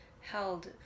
held